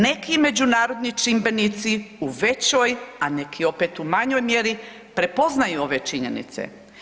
Neki međunarodni čimbenici u većoj, a neki opet u manjoj mjeri prepoznaju ove činjenice.